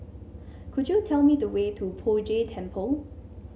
could you tell me the way to Poh Jay Temple